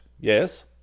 yes